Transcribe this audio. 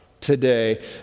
today